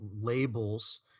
labels